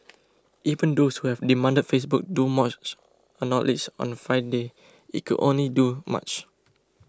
even those who have demanded Facebook do more acknowledged on Friday it could only do much